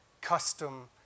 custom